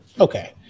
Okay